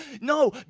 No